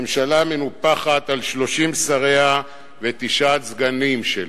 ממשלה מנופחת על 30 שריה ותשעת הסגנים שלה.